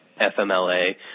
FMLA